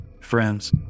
friends